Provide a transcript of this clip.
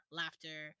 laughter